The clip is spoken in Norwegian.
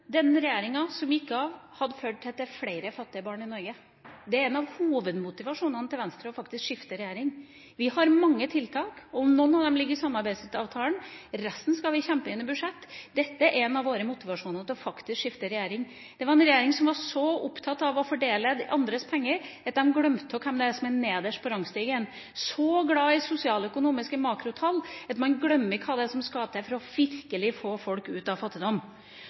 den regjeringa som gikk av, har ført til at det er flere fattige barn i Norge. Det var en av hovedmotivasjonene for Venstre til faktisk å skifte regjering. Vi har mange tiltak, og noen av dem ligger i samarbeidsavtalen. Resten skal vi kjempe inn i budsjett. Dette var en av våre motivasjoner for faktisk å skifte regjering. Vi hadde en regjering som var så opptatt av å fordele andres penger, at den glemte hvem som er nederst på rangstigen. Så glad i sosialøkonomiske makrotall var den, at den glemte hva det er som skal til for virkelig å få folk ut av fattigdom.